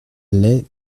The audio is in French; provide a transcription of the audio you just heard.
l’est